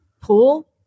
pool